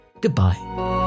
Goodbye